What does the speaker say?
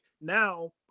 now